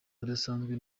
udasanzwe